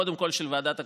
קודם כול של ועדת הכספים,